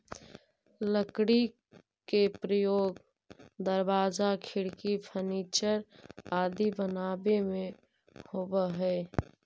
लकड़ी के प्रयोग दरवाजा, खिड़की, फर्नीचर आदि बनावे में होवऽ हइ